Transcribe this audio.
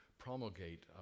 promulgate